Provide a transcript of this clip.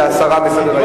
זה הסרה מסדר-היום.